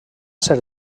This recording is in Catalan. ser